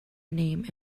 name